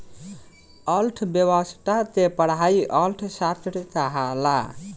अर्थ्व्यवस्था के पढ़ाई अर्थशास्त्र कहाला